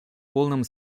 полном